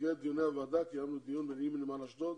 במסגרת דיוני הוועדה קיימנו דיון לגבי נמל אשדוד